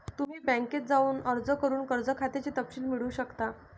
तुम्ही बँकेत जाऊन अर्ज करून कर्ज खात्याचे तपशील मिळवू शकता